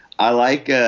i like.